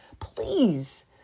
Please